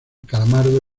calamardo